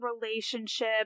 relationship